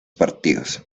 partidos